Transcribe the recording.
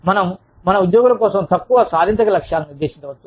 మనం మన ఉద్యోగుల కోసం తక్కువ సాధించగల లక్ష్యాలను నిర్దేశించవచ్చు